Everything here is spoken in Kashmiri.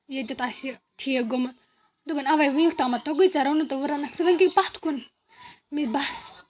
ییٚتٮ۪تھ آسہِ یہِ ٹھیٖک گوٚمُت دوٚپُن اَوَے وٕنیُک تامَتھ توٚگُے ژےٚ رَنُن تہٕ وۄنۍ رَنَکھ ژٕ وٕنۍ کی پَتھ کُن مےٚ بَس